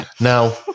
Now